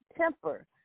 temper